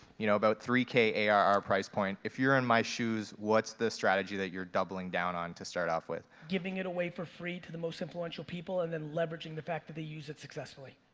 you know about three k arr price point. if you're in my shoes, what's the strategy that you're doubling down on to start off with? giving it away for free to the most influential people and then leveraging the fact that they use it successfully.